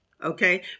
Okay